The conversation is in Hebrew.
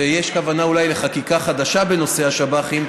ויש כוונה אולי לחקיקה חדשה בנושא השב"חים,